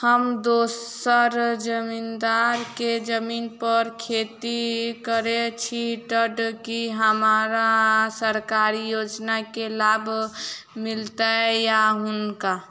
हम दोसर जमींदार केँ जमीन पर खेती करै छी तऽ की हमरा सरकारी योजना केँ लाभ मीलतय या हुनका?